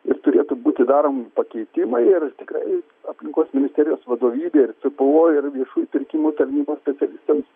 ir turėtų būti daromi pakeitimai ir tikrai aplinkos ministerijos vadovybė ir cpo ir viešųjų pirkimų tarnybos specialistai